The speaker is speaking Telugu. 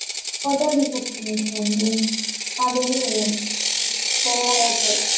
హోటల్ రిసెప్షనిస్ట్ అండి మాది శ్రేయా హోటల్